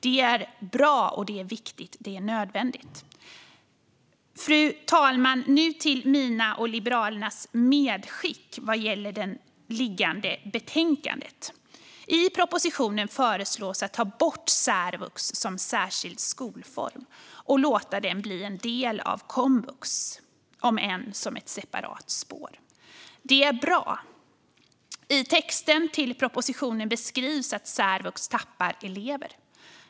Det är bra, viktigt och nödvändigt. Fru talman! Jag ska nu gå över till mina och Liberalernas medskick vad gäller det föreliggande betänkandet. I propositionen föreslås att särvux ska tas bort som särskild skolform och låta den bli en del av komvux, om än som ett separat spår. Det är bra. I texten i propositionen beskrivs att särvux tappar elever.